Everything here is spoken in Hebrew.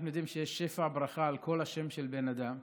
אנחנו יודעים שיש שפע ברכה על כל השם של בן אדם,